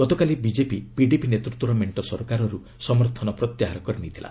ଗତକାଲି BJP PDP ନେତୃତ୍ୱର ମେଣ୍ଟ ସରକାରରୁ ସମର୍ଥନ ପ୍ରତ୍ୟାହାର କରି ନେଇଥିଲା